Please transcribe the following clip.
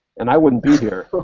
and i wouldn't be here. well,